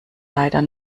leider